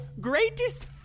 Greatest